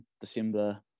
December